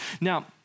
Now